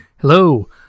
Hello